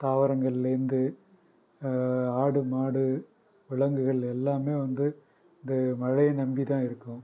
தாவரங்களிலேந்து ஆடு மாடு விலங்குகள் எல்லாமே வந்து இது மழையை நம்பி தான் இருக்கும்